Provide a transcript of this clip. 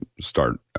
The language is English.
start